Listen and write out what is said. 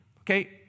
Okay